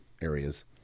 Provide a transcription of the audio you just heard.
areas